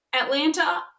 Atlanta